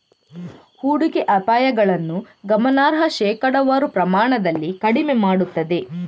ಹೂಡಿಕೆ ಅಪಾಯಗಳನ್ನು ಗಮನಾರ್ಹ ಶೇಕಡಾವಾರು ಪ್ರಮಾಣದಲ್ಲಿ ಕಡಿಮೆ ಮಾಡುತ್ತದೆ